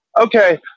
Okay